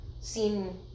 seen